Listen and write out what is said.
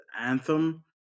Anthem